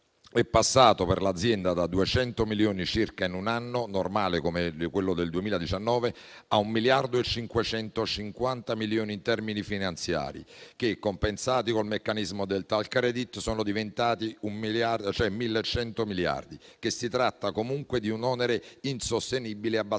è passato per l'azienda da 200 milioni circa in un anno normale (come il 2019) a un miliardo e 550 milioni in termini finanziari, che, compensati con il meccanismo del *tax credit*, sono diventati 1.100 miliardi; si tratta comunque di un onere insostenibile, abbastanza